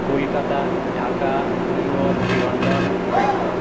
Kolkata Dhaka New York London Bangkok